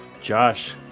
Josh